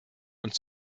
und